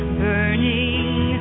burning